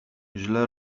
źle